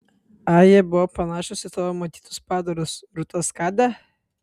ai jie buvo panašūs į tavo matytus padarus rūta skade